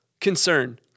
concern